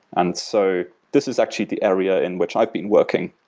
and so this is actually the area in which i've been working